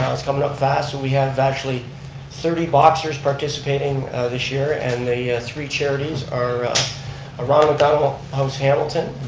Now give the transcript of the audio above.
it's coming up fast, and we have actually thirty boxers participating this year and the three charities are ronald mcdonald house hamilton,